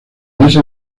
ese